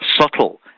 subtle